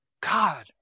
God